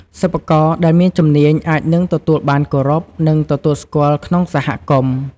សិប្បករដែលមានជំនាញអាចនឹងទទួលបានគោរព និងទទួលស្គាល់ក្នុងសហគមន៍។